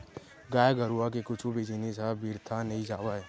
गाय गरुवा के कुछु भी जिनिस ह बिरथा नइ जावय